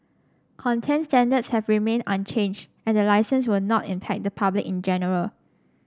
content standards have remained unchanged and the licence will not impact the public in general